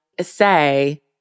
say